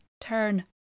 turn